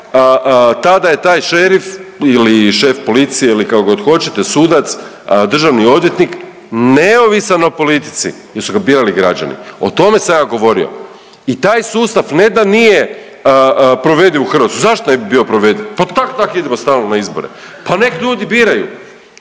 tada je taj šerif ili šef policije ili kako god hoćete, sudac, državni odvjetnik neovisan o politici jer su ga birali građani. O tome sam ja govorio i taj sustav ne da nije provediv u Hrvatskoj, zašto ne bi bio provediv, pa tak i tak idemo stalno na izbore. Pa nek' ljudi biraju,